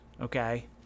okay